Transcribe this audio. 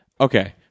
okay